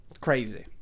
crazy